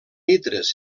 litres